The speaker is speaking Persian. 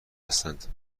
هستند